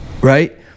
right